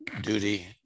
duty